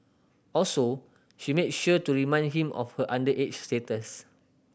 also she made sure to remind him of her underage status